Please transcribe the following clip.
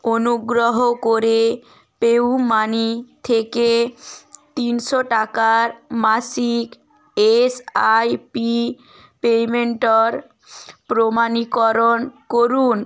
অনুগ্রহ করে পেউমানি থেকে তিনশো টাকার মাসিক এসআইপি পেইমেন্টের প্রমাণীকরণ করুন